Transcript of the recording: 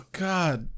god